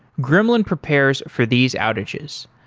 gremlin prepares for these outages.